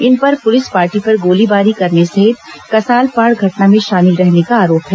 इन पर police party पर गोलीबारी करने सहित कसालपाड़ घटना में शामिल रहने का आरोप है